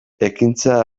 ekintza